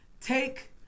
take